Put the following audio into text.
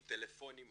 טלפונים,